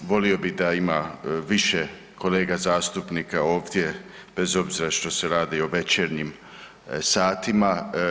Volio bih da ima više kolega zastupnika ovdje bez obzira što se radi o večernjim satima.